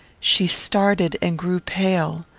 she started, and grew pale.